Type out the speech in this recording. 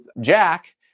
Jack